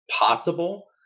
possible